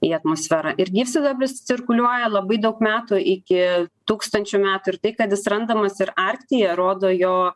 į atmosferą ir gyvsidabris cirkuliuoja labai daug metų iki tūkstančių metų ir tai kad jis randamas ir arktyje rodo jo